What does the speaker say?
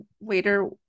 waiter